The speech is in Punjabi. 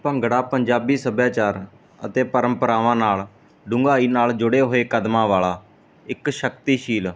ਭੰਗੜਾ ਪੰਜਾਬੀ ਸੱਭਿਆਚਾਰ ਅਤੇ ਪਰੰਪਰਾਵਾਂ ਨਾਲ ਡੂੰਘਾਈ ਨਾਲ ਜੁੜੇ ਹੋਏ ਕਦਮਾਂ ਵਾਲਾ ਇੱਕ ਸ਼ਕਤੀਸ਼ਾਲੀ